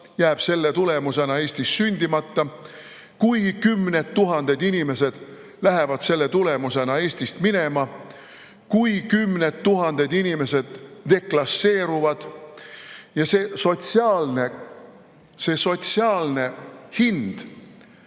jääb selle tõttu Eestis sündimata, kui kümned tuhanded inimesed lähevad selle tulemusena Eestist minema, kui kümned tuhanded inimesed deklasseeruvad, ja see sotsiaalne hind,